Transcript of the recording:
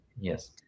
Yes